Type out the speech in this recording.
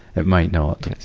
it might not.